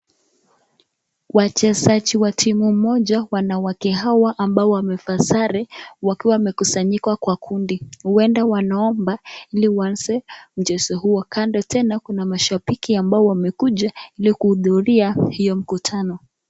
Wachezaji wa timu moja wanawake hawa wamevaa sare wakiwa wamekusanyika kwa kundi uenda wanaomba kuanza mchezo huu, kando tena kuna mashabiki ambao wamekuja hili kuhudhuria hiyo mkutano.